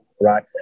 right